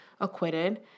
acquitted